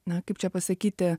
na kaip čia pasakyti